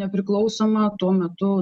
nepriklausoma tuo metu